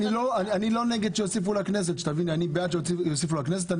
אני לא נגד שיוסיפו לכנסת, אני בעד שיוסיפו לכנסת.